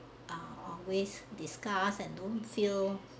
always discuss and don't feel